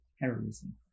heroism